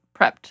prepped